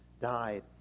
died